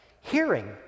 Hearing